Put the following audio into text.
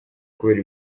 kubera